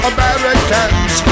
Americans